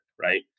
Right